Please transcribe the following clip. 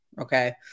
okay